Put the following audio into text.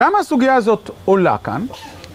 למה הסוגיה הזאת עולה כאן?